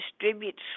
distributes